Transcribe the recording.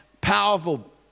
powerful